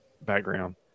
background